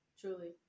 truly